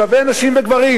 שווה נשים וגברים.